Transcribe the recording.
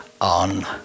on